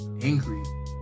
angry